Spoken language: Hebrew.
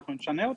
ואנחנו נשנה אותו.